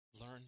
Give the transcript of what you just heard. learn